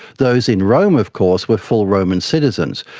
those in rome of course were full roman citizens.